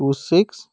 two six